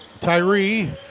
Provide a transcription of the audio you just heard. Tyree